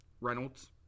Reynolds